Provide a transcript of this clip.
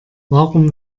warum